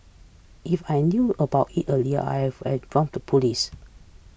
if I knew about it earlier I have informed the police